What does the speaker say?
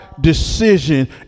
decision